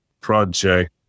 project